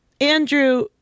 Andrew